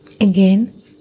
Again